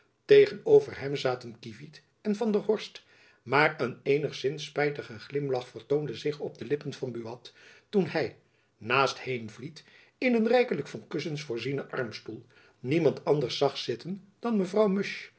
tegen over hem zaten kievit en van der horst maar een eenigzins spijtige glimlach vertoonde zich op de lippen van buat toen hy naast heenvliet in een rijkelijk van kussens voorzienen armstoel niemand anders zag zitten dan mevrouw musch